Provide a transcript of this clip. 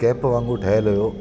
cap वांगुरु ठहियलु हुओ